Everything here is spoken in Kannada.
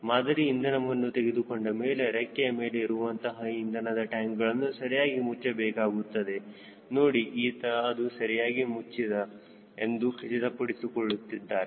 ಮಾದರಿ ಇಂಧನವನ್ನು ತೆಗೆದುಕೊಂಡಮೇಲೆ ರೆಕ್ಕೆಯ ಮೇಲೆ ಇರುವಂತಹ ಇಂಧನದ ಟ್ಯಾಂಕ್ಗಳನ್ನು ಸರಿಯಾಗಿ ಮುಚ್ಚಬೇಕಾಗುತ್ತದೆ ನೋಡಿ ಈತ ಅದು ಸರಿಯಾಗಿ ಮುಚ್ಚಿದೆ ಎಂದು ಖಚಿತಪಡಿಸಿಕೊಳ್ಳುತ್ತಿದ್ದಾರೆ